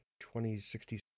2060